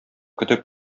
көтеп